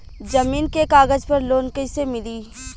जमीन के कागज पर लोन कइसे मिली?